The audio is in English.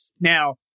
Now